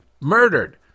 murdered